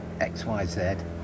XYZ